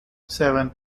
seven